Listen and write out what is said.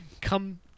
Come